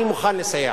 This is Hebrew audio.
אני מוכן לסייע.